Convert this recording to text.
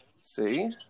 See